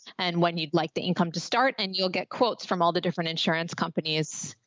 and when you'd like the income to start, and you'll get quotes from all the different insurance companies.